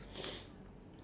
like I don't